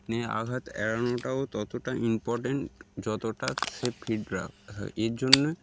নে আঘাত এড়ানোটাও ততটা ইম্পর্টেন্ট যতটা সে ফিডব্যাক হয় এর জন্যে